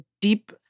deep